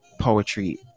Poetry